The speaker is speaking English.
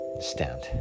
stand